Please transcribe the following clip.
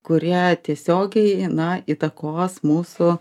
kurie tiesiogiai na įtakos mūsų